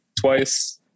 twice